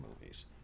movies